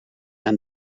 aan